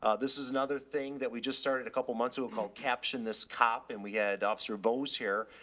ah this is another thing that we just started a couple months ago called caption this cop and we had officer vose here,